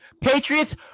Patriots